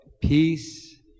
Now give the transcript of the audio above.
Peace